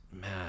man